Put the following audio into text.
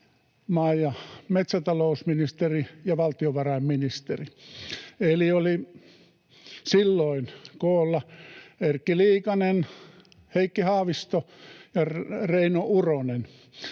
ja metsätalousministeri ja valtiovarainministeri. Eli silloin olivat koolla Erkki Liikanen, Heikki Haavisto ja Reino Uronen,